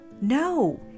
No